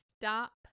stop